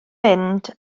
mynd